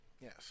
Yes